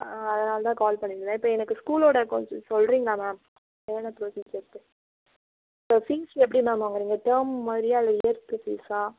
அதனால தான் கால் பண்ணிருந்தேன் இப்போ எனக்கு ஸ்கூலோட கோச்சிங் சொல்லுறீங்களா மேம் என்னென்ன கோச்சிங்ஸ் இருக்கு இப்போ ஃபீஸ் எப்படி மேம் வாங்குறீங்க டேர்ம் மாதிரியாக இல்லை இயர்க்கு ஃபீஸ்ஸாக